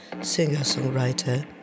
singer-songwriter